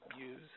use